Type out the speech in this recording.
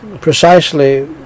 Precisely